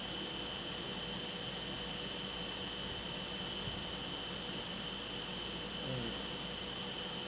mm